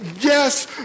Yes